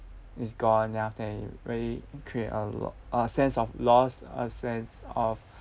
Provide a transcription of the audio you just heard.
is gone then after it you really create a lot a sense of loss a sense of